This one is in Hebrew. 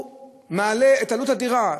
ייקור המשכנתאות מעלה את עלות הדירה.